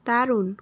দারুণ